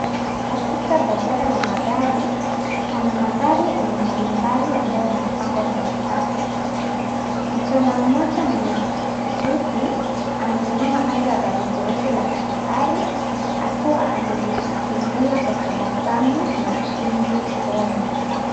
Katika pajara la magari, pana magari aina mbalimbali ambayo yamepangwa kwenye safu. Kijana mmoja mwenye suti amesimama kando ya gari jeusi la kifahari, akiwa amelishikilia kwa tabasamu na ushindi usoni.